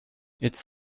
its